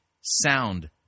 sound